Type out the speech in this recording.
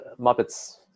Muppets